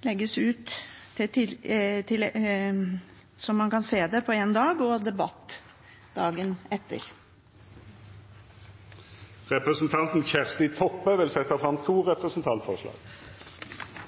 Stortingets forretningsorden, legges ut til gjennomsyn for representantene i én dag og settes opp til debatt dagen etter. Representanten Kjersti Toppe vil setja fram to